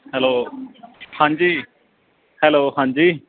hello ਹਾਂਜੀ hello ਹਾਂਜੀ